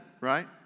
right